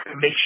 make